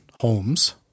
homes